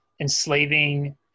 enslaving